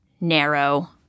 narrow